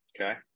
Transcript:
Okay